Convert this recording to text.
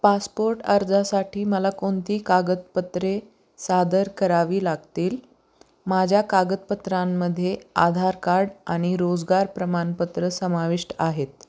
passport अर्जासाठी मला कोणती कागदपत्रे सादर करावी लागतील माझ्या कागदपत्रांमध्ये आधार कार्ड आणि रोजगार प्रमाणपत्र समाविष्ट आहेत